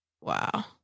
Wow